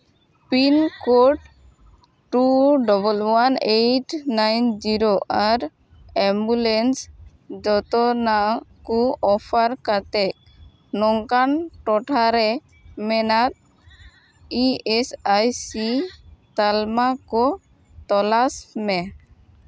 pin code two double one eight nine zero ᱟᱨ ambulance ᱡᱚᱛᱚᱱᱟᱣ ᱠᱚ ᱚᱯᱷᱟᱨ ᱠᱟᱛᱮᱫ ᱱᱚᱝᱠᱟᱱ ᱴᱚᱴᱷᱟᱨᱮ ᱢᱮᱱᱟᱜ ᱤ ᱮᱥ ᱟᱭ ᱥᱤ ᱛᱟᱞᱢᱟ ᱠᱚ ᱛᱚᱞᱟᱥ ᱢᱮ